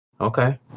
Okay